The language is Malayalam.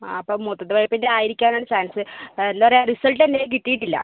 ആ അപ്പം മൂത്രം പഴുപ്പിന്റെ ആയിരിക്കാൻ ആണ് ചാൻസ് എന്താ പറയുക റിസൾട്ട് എൻ്റെ കിട്ടിയിട്ട് ഇല്ല